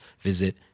visit